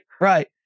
right